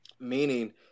meaning –